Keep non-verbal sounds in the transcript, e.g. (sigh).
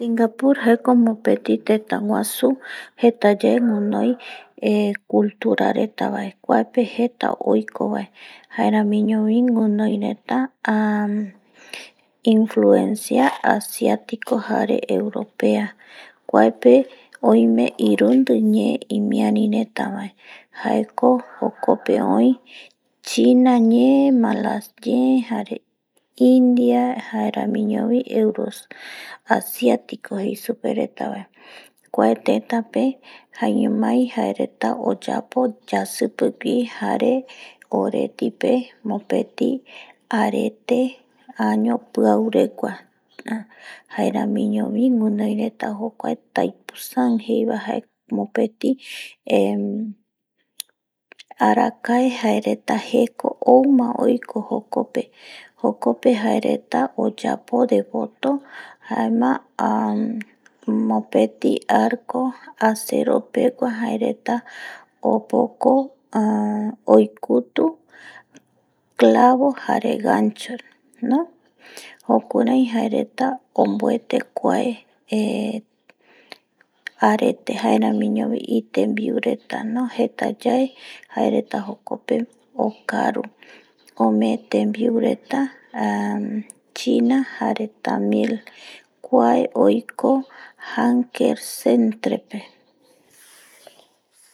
Singapur jaeko mopeti tëtäguasu jeta yae guinoi eh cultura reta mbae kuape jete oiko vaeae jaeramiñovi guinoi reta, influencia asiatico jare europea kuape oime irundi ñee imiari reta mbae jaeko jokope oi china ñee, malaskin jare india jaremiño bi euro asiatiko jei reta suipe vae kuae teta jaeñomai jae reta oyapo yasi pigui jare oreti pe mopiti arete año piau pegua, jaeramiñovi guinoi reta jokuae taisan jeiva mopeti eh arakae jae reta jeko ouma oiko jokope jae reta oyapo voto jaema mopeti arco acero pegua jae reta opoko oikutu clavo jare ganchoreno, jukurai jae reta onbuete kuae (hesitation) arete jaeramiño bi tenbiu reta jeta yae jae reta ome ombogaru reta china jare tamil kuae reta oiko jaeko